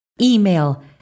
email